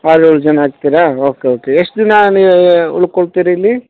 ಆರು ಏಳು ಜನ ಆಗ್ತೀರಾ ಓಕೆ ಓಕೆ ಎಷ್ಟು ದಿನ ನೀವು ಉಳ್ಕೋತೀರಾ ಇಲ್ಲಿ